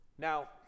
Now